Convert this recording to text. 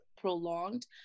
prolonged